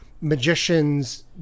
magicians